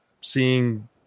seeing